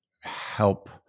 help